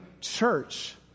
church